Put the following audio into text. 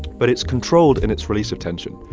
but it's controlled in its release of tension.